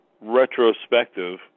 retrospective